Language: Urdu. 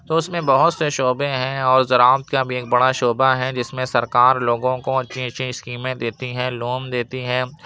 تو اس میں بہت سے شعبے ہیں اور زراعت کا بھی ایک بڑا شعبہ ہیں جس میں سرکار لوگوں کو اچھی اچھی اسکیمیں دیتی ہے لون دیتی ہیں